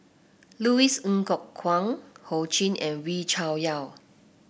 Louis Ng Kok Kwang Ho Ching and Wee Cho Yaw